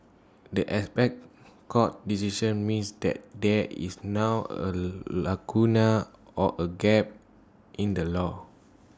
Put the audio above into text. the apex court's decision means that there is now A lacuna or A gap in the law